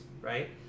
right